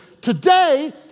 Today